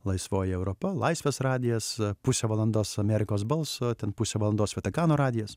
laisvoji europa laisvės radijas pusę valandos amerikos balso ten pusę valandos vatikano radijas